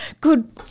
Good